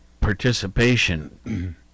participation